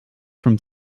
from